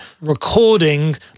recordings